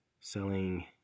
selling